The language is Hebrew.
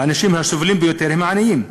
והאנשים הסובלים ביותר הם העניים.